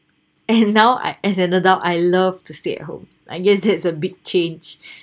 and now I as an adult I loved to stay at home I guess that's a big change